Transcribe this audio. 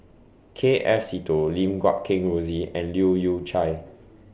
K F Seetoh Lim Guat Kheng Rosie and Leu Yew Chye